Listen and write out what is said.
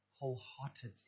wholeheartedly